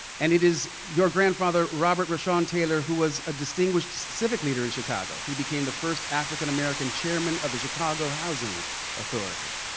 and is your grandfather, robert rochon taylor who was a distinguished civic leader in chicago. he became the first african american chairman of the chicago housing authority.